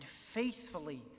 faithfully